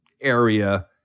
area